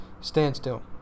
standstill